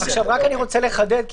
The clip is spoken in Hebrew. אני רוצה לחדד.